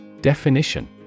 Definition